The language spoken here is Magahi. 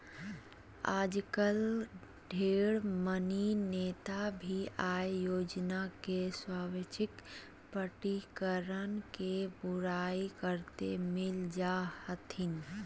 आजकल ढेर मनी नेता भी आय योजना के स्वैच्छिक प्रकटीकरण के बुराई करते मिल जा हथिन